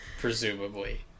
presumably